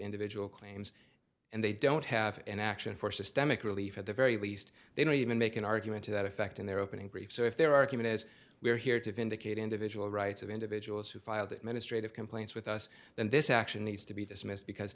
individual claims and they don't have an action for systemic relief at the very least they don't even make an argument to that effect in their opening brief so if their argument is we are here to vindicate individual rights of individuals who file that ministry of complaints with us then this action needs to be dismissed because